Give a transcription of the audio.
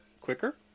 quicker